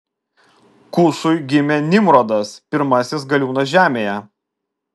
kušui gimė nimrodas pirmasis galiūnas žemėje